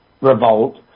revolt